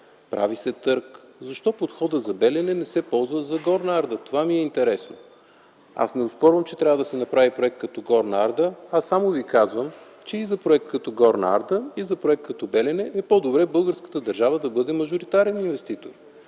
прави се търг. Защо подходът за „Белене” не се ползва за „Горна Арда”? Това ми е интересно. Аз не оспорвам, че трябва да се направи проект като „Горна Арда”, а само Ви казвам, че и за проект като „Горна Арда”, и за проект като „Белене” е по-добре българската държава да бъде мажоритарен инвеститор.